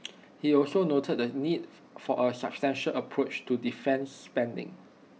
he also noted the need for A sustainable approach to defence spending